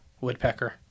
woodpecker